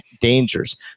dangers